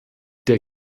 der